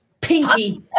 pinky